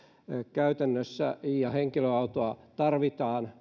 käytännössä ja henkilöautoa tarvitaan